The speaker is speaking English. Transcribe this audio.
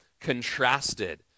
contrasted